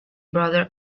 brother